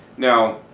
now,